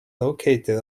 located